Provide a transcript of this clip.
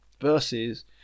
Versus